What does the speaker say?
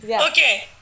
okay